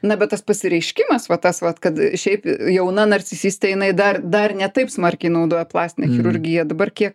na bet tas pasireiškimas va tas vat kad šiaip jauna narcisistė jinai dar dar ne taip smarkiai naudoja plastinę chirurgiją dabar kiek